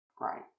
Right